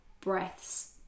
breaths